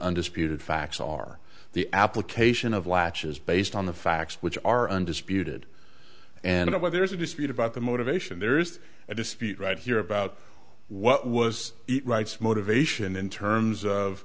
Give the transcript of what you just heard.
undisputed facts are the application of latches based on the facts which are undisputed and when there is a dispute about the motivation there is a dispute right here about what was it writes motivation in terms